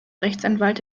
rechtsanwalt